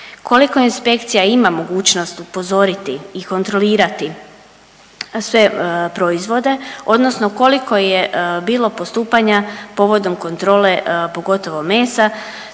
Koliko inspekcija ima mogućnost upozoriti i kontrolirati sve proizvode, odnosno koliko je bilo postupanja povodom kontrole pogotovo mesa